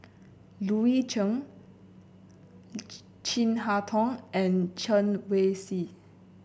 Loui Chen Chin Harn Tong and Chen Wen Hsi